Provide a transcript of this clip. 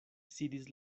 sidis